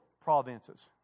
provinces